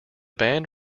band